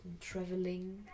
traveling